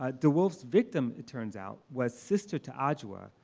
ah de woolf's victim, it turns out, was sister to adjua,